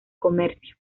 comercio